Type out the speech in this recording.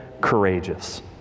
courageous